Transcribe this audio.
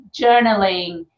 journaling